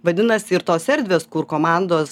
vadinasi ir tos erdvės kur komandos